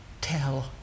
tell